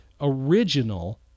original